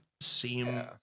seem